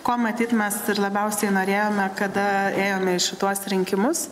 ko matyt mes ir labiausiai norėjome kada ėjome į šituos rinkimus